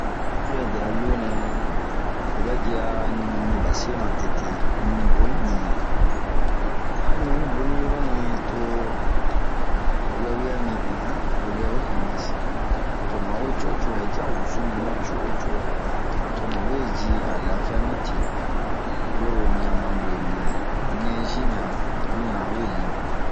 Suwɛde a loo nɛɛh ovɛyi a ɲuu minbasee matete. Ɲuu boni mini, eh a ɲuu yi boni yuranɛ to a wɛwia minbin han! han wɛwia we ɛnba se. To mu ma we co'o wo co'o ɛh tin a wusu min co'o wo co'o, to mi we yi a lafia mite.woro ɲan ma guebin yin, nɛzi ɲan bun ɲan we liibin.